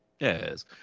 Yes